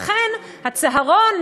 לכן הצהרון,